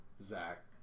zach